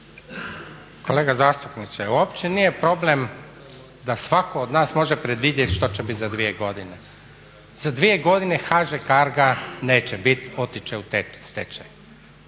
Kolega zastupniče uopće nije problem da svatko od nas može predvidjeti što će biti za dvije godine. za dvije godine HŽ Cargo-a neće biti otići će u stečaj,